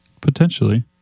Potentially